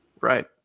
Right